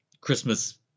Christmas